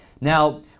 Now